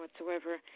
whatsoever